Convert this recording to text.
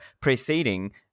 preceding